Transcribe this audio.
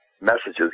messages